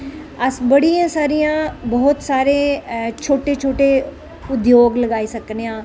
अस बडी सारियां बहूत सारे छोटे छोटे उद्योग लगाई सकने आं